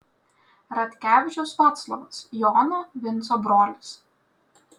radkevičius vaclovas jono vinco brolis